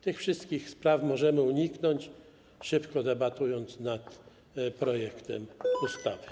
Tych wszystkich spraw możemy uniknąć, szybko debatując nad projektem ustawy.